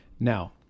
Now